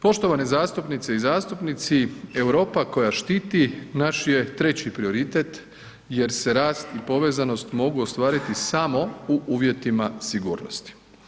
Poštovani zastupnice i zastupnici, Europa koja štiti, naš je treći prioritet jer se rast i povezanost mogu ostvariti samo u uvjetima sigurnosti.